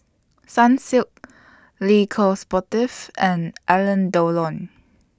Sunsilk Le Coq Sportif and Alain Delon